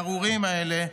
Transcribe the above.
הארורים האלה,